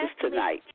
tonight